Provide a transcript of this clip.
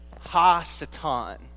Ha-satan